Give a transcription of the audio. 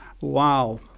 Wow